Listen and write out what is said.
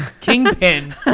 Kingpin